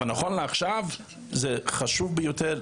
אבל נכון לעכשיו זה חשוב ביותר,